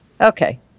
Okay